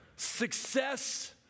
success